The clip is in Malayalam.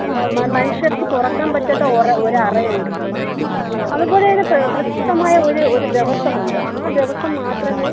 മനുഷ്യർക്ക് തുറക്കാൻ പറ്റാത്ത ഒരറയുണ്ട് അതുപോലതന്നെ പ്രശസ്തമായ ഒരു ഒരു ദിവസമുണ്ട് ആ ദിവസം മാത്രമേ